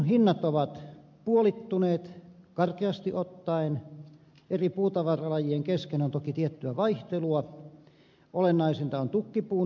hinnat ovat puolittuneet karkeasti ottaen eri puutavaralajien kesken on toki tiettyä vaihtelua mutta olennaisinta on tukkipuun hinta